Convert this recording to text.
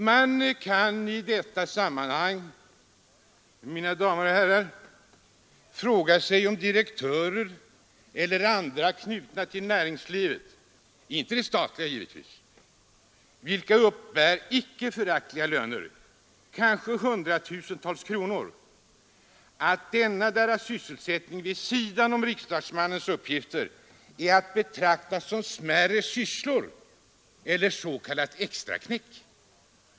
Man kan i detta sammanhang, mina damer och herrar, fråga sig, när det gäller direktörer eller andra som är knutna till näringslivet — givetvis inte det statliga — vilka uppbär icke föraktliga löner på kanske hundratusentals kronor, om denna deras sysselsättning vid sidan om riksdagsmannens uppgifter är att betrakta som ”smärre sysslor” eller ”s.k. extraknäck”.